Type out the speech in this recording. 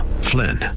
Flynn